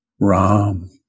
Ram